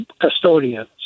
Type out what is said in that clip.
custodians